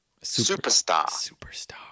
Superstar